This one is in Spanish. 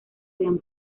habían